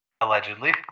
Allegedly